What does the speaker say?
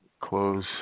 Close